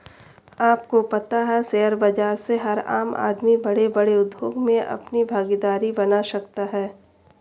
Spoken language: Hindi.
आपको पता है शेयर बाज़ार से हर आम आदमी बडे़ बडे़ उद्योग मे अपनी भागिदारी बना सकता है?